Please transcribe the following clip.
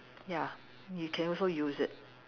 ya you can also use it